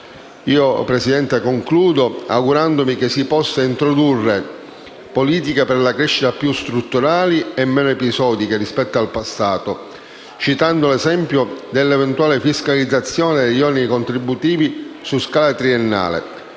Presidente, concludo augurandomi che si possano introdurre politiche per la crescita più strutturali e meno episodiche rispetto al passato, citando l'esempio dell'eventuale fiscalizzazione degli oneri contributivi su scala triennale,